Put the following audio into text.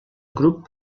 grup